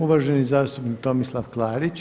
Uvaženi zastupnik Tomislav Klarić.